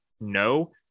no